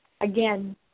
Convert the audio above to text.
again